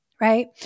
right